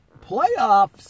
playoffs